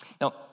Now